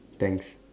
thanks